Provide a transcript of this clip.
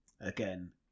Again